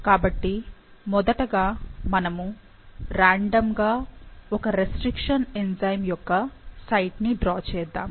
కాబట్టి మొదటగా మనము రాండమ్ గా ఒక రెస్ట్రిక్షన్ ఎంజైమ్ యొక్క సైట్ ని డ్రా చేద్దాము